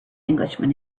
englishman